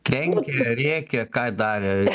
trenkė rėkė ką darė